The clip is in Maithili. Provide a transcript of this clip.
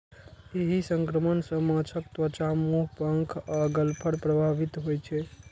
एहि संक्रमण सं माछक त्वचा, मुंह, पंख आ गलफड़ प्रभावित होइ छै